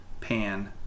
pan